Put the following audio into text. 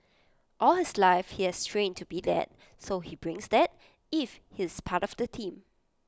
all his life he has trained to be that so he brings that if he is part of the team